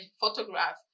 photograph